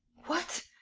what!